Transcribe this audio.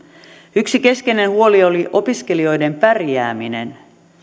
yksi keskeinen huoli oli opiskelijoiden pärjääminen